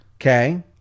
Okay